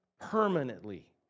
permanently